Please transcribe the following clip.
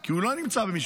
כי הוא לא נמצא במשמרת,